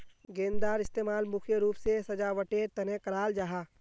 गेंदार इस्तेमाल मुख्य रूप से सजावटेर तने कराल जाहा